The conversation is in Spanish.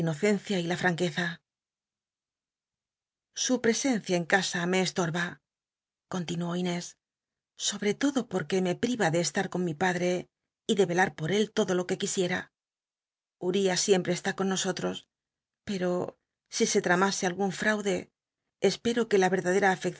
y la franqueza sn presencia en casa me estorba continuó inés sobre todo porque me priva de estar con mi padte y de velar por él todo lo que quisiera uria siempre está siempre con nosoltos peto si se tramasc algun fraude espero que la